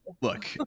look